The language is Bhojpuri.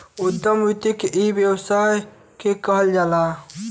उद्यम वृत्ति इ व्यवसाय के कहल जाला